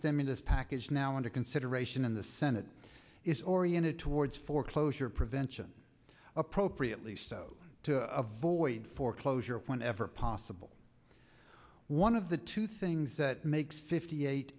stimulus package now under consideration in the senate is oriented towards foreclosure prevention appropriately so to avoid foreclosure whenever possible one of the two things that makes fifty eight